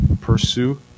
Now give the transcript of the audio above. pursue